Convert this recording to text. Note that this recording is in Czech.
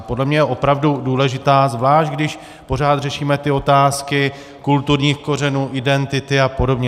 Podle mě je opravdu důležitá, zvlášť když pořád řešíme ty otázky kulturních kořenů, identity a podobně.